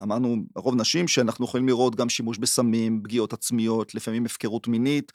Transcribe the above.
אמרנו, רוב נשים שאנחנו יכולים לראות גם שימוש בסמים, פגיעות עצמיות, לפעמים הפקרות מינית.